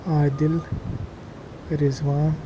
Adil Rizwan